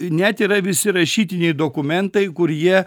net yra visi rašytiniai dokumentai kur jie